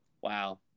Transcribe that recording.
wow